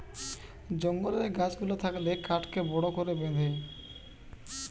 জঙ্গলের গাছ গুলা থাকলে কাঠকে বড় করে বেঁধে